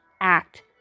act